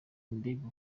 mbega